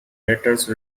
letters